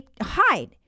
hide